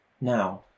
now